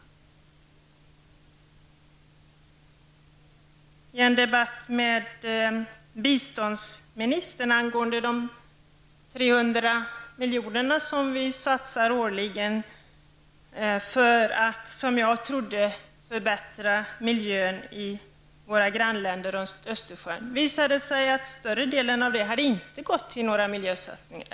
Jag hade en debatt med biståndsministern angående de 300 miljonerna som vi årligen satsar för att, som jag trodde, förbättra miljön i våra grannländer runt Östersjön. Det visade sig att ingenting av dessa pengar hade gått till miljösatsningar.